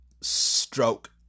stroke